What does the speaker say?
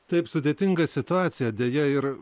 taip sudėtinga situacija deja ir